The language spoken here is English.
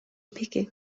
picky